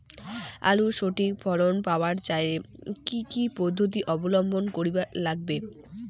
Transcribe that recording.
আলুর সঠিক ফলন পাবার চাইলে কি কি পদ্ধতি অবলম্বন করিবার লাগবে?